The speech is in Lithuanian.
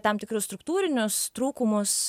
tam tikrus struktūrinius trūkumus